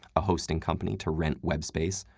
a hosting company to rent web space,